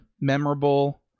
memorable